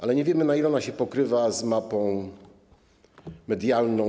Ale nie wiemy, na ile ona się pokrywa z mapą medialną.